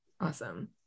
Awesome